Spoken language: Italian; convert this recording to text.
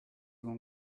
con